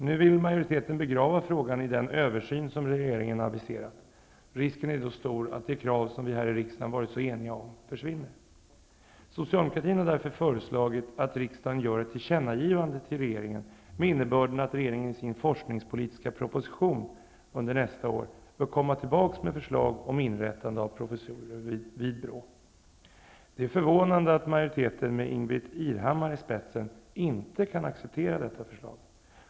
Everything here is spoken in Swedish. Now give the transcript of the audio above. Nu vill majoriteten begrava frågan i den översyn som regeringen har aviserat. Risken är då stor att det krav som vi här i riksdagen har varit så eniga om försvinner. Socialdemokraterna har därför föreslagit att riksdagen skall göra ett tillkännagivande till regeringen med innebörden att regeringen i sin forskningspolitiska proposition under nästa år bör komma tillbaka med förslag om inrättande av professurer vid BRÅ. Det är förvånande att majoriteten, med Ingbritt Irhammar i spetsen, inte kan acceptera detta förslag.